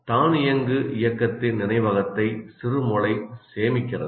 தானியங்கு இயக்கத்தின் நினைவகத்தை சிறுமூளை சேமிக்கிறது